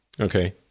okay